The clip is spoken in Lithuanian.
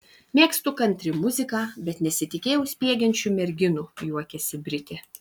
mėgstu kantri muziką bet nesitikėjau spiegiančių merginų juokiasi britė